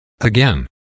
Again